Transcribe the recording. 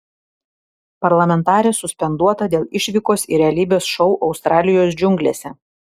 parlamentarė suspenduota dėl išvykos į realybės šou australijos džiunglėse